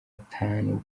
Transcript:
atanu